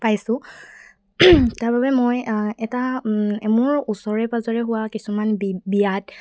পাইছোঁ তাৰবাবে মই এটা মোৰ ওচৰে পাঁজৰে হোৱা কিছুমান বি বিয়াত